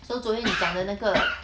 so 昨天你讲的那个